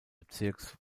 bezirks